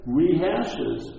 rehashes